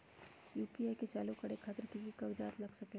UPI के चालु करे खातीर कि की कागज़ात लग सकेला?